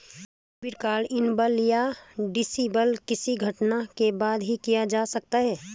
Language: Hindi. डेबिट कार्ड इनेबल या डिसेबल किसी घटना के बाद ही किया जा सकता है